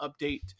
update